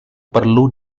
perlu